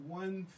one